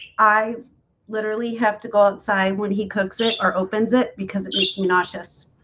i literally have to go outside when he cooks it or opens it because eating osseous